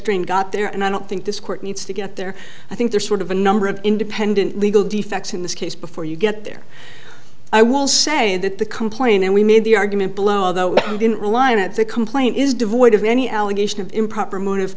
green got there and i don't think this court needs to get there i think there's sort of a number of independent legal defects in this case before you get there i will say that the complaint and we made the argument below although it didn't rely on it the complaint is devoid of any allegation of improper motive